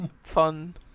fun